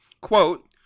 Quote